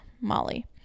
Molly